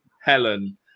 Helen